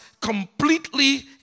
completely